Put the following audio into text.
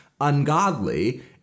ungodly